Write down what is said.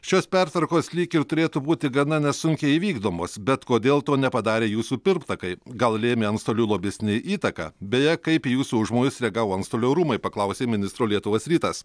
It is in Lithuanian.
šios pertvarkos lyg ir turėtų būti gana nesunkiai įvykdomos bet kodėl to nepadarė jūsų pirmtakai gal lėmė antstolių lobistinė įtaka beje kaip į jūsų užmojus reagavo antstolių rūmai paklausė ministro lietuvos rytas